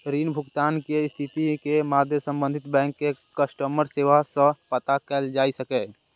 ऋण भुगतान के स्थिति के मादे संबंधित बैंक के कस्टमर सेवा सं पता कैल जा सकैए